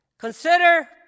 Consider